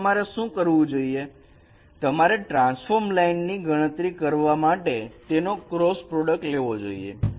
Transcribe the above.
હવે તમારે શું કરવું જોઈએ તમારે ટ્રાન્સફોર્મ લાઈન ની ગણતરી કરવા માટે તેનો ક્રોસ પ્રોડક્ટ લેવો જોઈએ